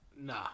Nah